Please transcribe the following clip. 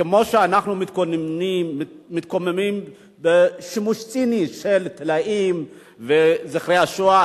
כמו שאנחנו מתקוממים על השימוש הציני בטלאים וזכר השואה,